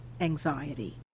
anxiety